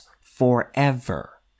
forever